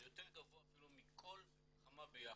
זה יותר גבוה אפילו מכל חמ"ע ביחד.